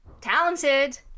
talented